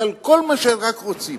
ועל כל מה שרק רוצים.